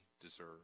deserve